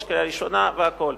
יש קריאה ראשונה והכול.